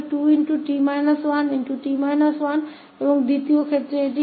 दूसरा मामला यह 𝐻𝑡 2 होगा